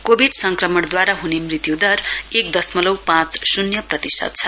Covid संक्रमणद्वारा हुने मृत्यु दर एक दशमलउ पाँच शून्य प्रतिशत छ